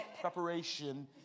preparation